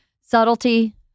Subtlety